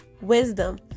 wisdom